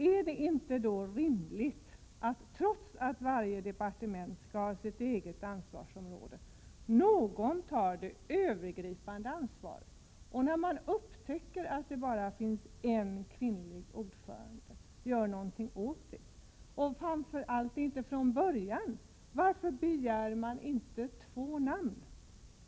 Är det inte då rimligt att, trots att varje departement skall ha sitt eget ansvarsområde, någon tar det övergripande ansvaret? Är det inte rimligt att man, när man upptäcker att det bara finns en kvinnlig ordförande, gör någonting åt det? Och framför allt: 59 Varför begär man inte från början två namn?